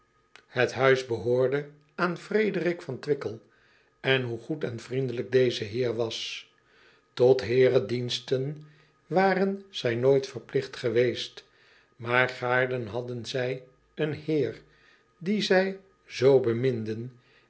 het huis behoorde aan rederik van wickel en hoe goed en vriendelijk deze eer was ot heerendiensten waren zij nooit verpligt geweest maar gaarne hadden zij een eer dien zij zoo